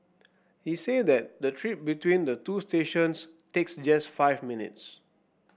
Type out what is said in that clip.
he said that the trip between the two stations takes just five minutes